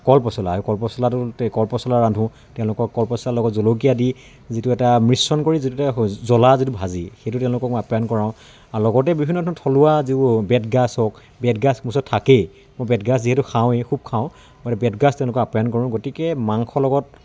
কলপচলা আৰু কলপচলাটো কলপচলা ৰান্ধোঁ তেওঁলোকক কলপচলাৰ লগত জলকীয়া দি যিটো এটা মিশ্ৰণ কৰি যিটো এটা জ্বলা যিটো ভাজি সেইটো তেওঁলোকক মই আপ্যায়ন কৰাওঁ আৰু লগতে বিভিন্ন ধৰণৰ থলুৱা যিবোৰ বেতগাজ হওক বেতগাজ মোৰ ওচৰত থাকেই মই বেতগাজ যিহেতু খাওঁৱেই খুব খাওঁ মই বেতগাজ তেওঁলোকক আপ্যায়ন কৰোঁ গতিকে মাংস লগত